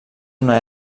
una